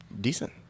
decent